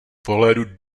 pohledu